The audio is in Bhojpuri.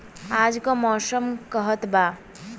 आज क मौसम का कहत बा?